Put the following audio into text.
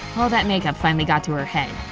all that makeup finally got to her head!